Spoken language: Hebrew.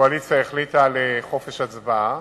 הקואליציה החליטה על חופש הצבעה,